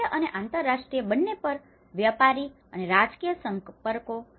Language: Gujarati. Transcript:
રાષ્ટ્રીય અને આંતરરાષ્ટ્રીય બંને પર વ્યાપારી અને રાજકીય સંપર્કો